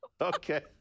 Okay